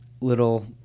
little